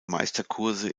meisterkurse